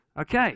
Okay